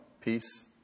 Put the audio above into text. peace